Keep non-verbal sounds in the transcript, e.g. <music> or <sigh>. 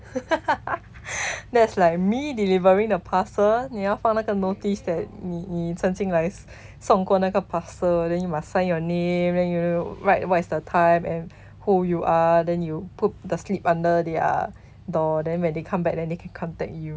<laughs> that's like me delivering the parcel 你要放那个 notice that 你你曾经来送过那个 parcel then you must sign your name then you write what is the time and who you are then you put the slip under their door then when they come back then they can contact you